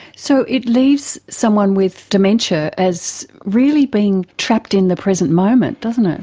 so it leaves someone with dementia as really being trapped in the present moment, doesn't ah it.